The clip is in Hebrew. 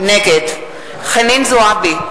נגד חנין זועבי,